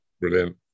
Brilliant